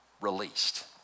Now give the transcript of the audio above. released